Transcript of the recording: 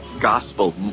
Gospel